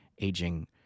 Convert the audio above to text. aging